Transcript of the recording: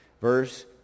Verse